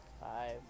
five